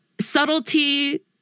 Subtlety